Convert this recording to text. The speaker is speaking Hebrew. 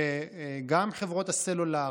שגם חברות הסלולר,